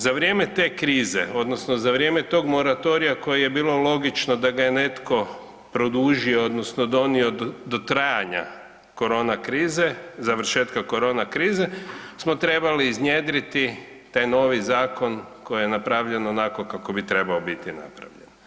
Za vrijem te krize odnosno za vrijeme tog moratorija koji je bilo logično da ga je netko produžio odnosno donio do trajanja korona krize, završetka korona krize smo trebali iznjedriti taj novi zakon koji je napravljen onako kako bi trebao biti napravljen.